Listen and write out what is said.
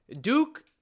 Duke